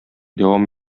дәвам